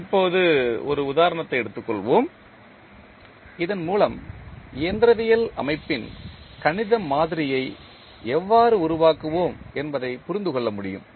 இப்போது ஒரு உதாரணத்தை எடுத்துக்கொள்வோம் இதன்மூலம் இயந்திரவியல் அமைப்பின் கணித மாதிரியை எவ்வாறு உருவாக்குவோம் என்பதைப் புரிந்து கொள்ள முடியும்